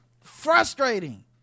frustrating